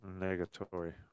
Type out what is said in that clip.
Negatory